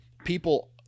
People